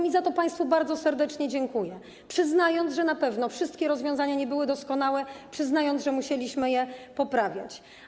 I za to państwu bardzo serdecznie dziękuję, przyznając, że na pewno wszystkie rozwiązania nie były doskonałe, przyznając, że musieliśmy je poprawiać.